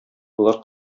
болар